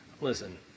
Listen